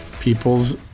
people's